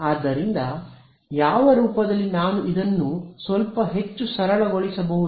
ಆದ್ದರಿಂದ ಯಾವ ರೂಪದಲ್ಲಿ ನಾನು ಇದನ್ನು ಸ್ವಲ್ಪ ಹೆಚ್ಚು ಸರಳಗೊಳಿಸಬಹುದು